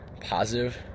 positive